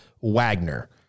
Wagner